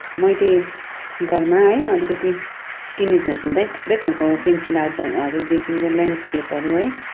मैले घरमा है अलिकति टिनेजर्स हुँदै थुप्रै खालको पेन्सिल आर्टहरूदेखको ल्यानस्केपहरू है